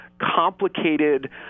complicated